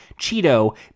Cheeto